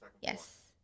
Yes